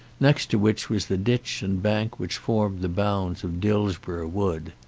next to which was the ditch and bank which formed the bounds of dillsborough wood.